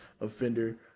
offender